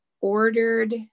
ordered